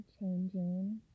changing